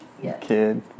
kid